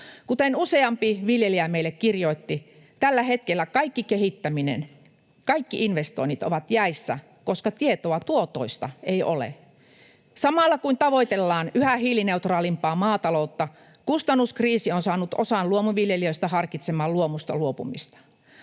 Kuten useampi viljelijä meille kirjoitti, tällä hetkellä kaikki kehittäminen ja investoinnit ovat jäissä, koska tietoa tuotoista ei ole. Samalla, kun tavoitellaan yhä hiilineutraalimpaa maataloutta, kustannuskriisi on saanut osan luomuviljelijöistä harkitsemaan luomusta luopumista.